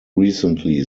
recently